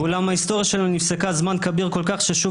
ואולם ההיסטוריה שלו נפסקה זמן כביר כל כך ששוב